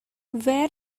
wear